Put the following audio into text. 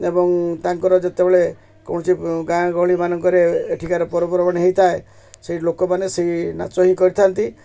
ଏବଂ ତାଙ୍କର ଯେତେବେଳେ କୌଣସି ଗାଁ ଗହଳିମାନଙ୍କରେ ଏଠିକାର ପର୍ବପର୍ବାଣି ହୋଇଥାଏ ସେଇ ଲୋକମାନେ ସେଇ ନାଚ ହିଁ କରିଥାନ୍ତି